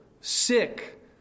sick